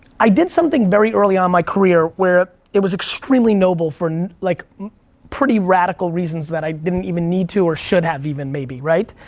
i did something very early on in my career where it was extremely noble for, like pretty radical reasons that i didn't even need to or should have even maybe, right?